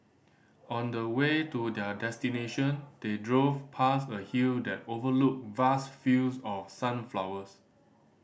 on the way to their destination they drove past a hill that overlooked vast fields of sunflowers